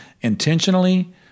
intentionally